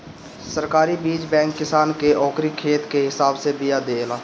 सरकारी बीज बैंक किसान के ओकरी खेत के हिसाब से बिया देला